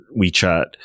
WeChat